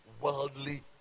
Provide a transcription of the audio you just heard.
worldly